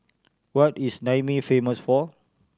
what is Niamey famous for